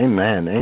Amen